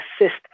assist